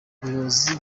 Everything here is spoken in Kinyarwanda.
ubuyobozi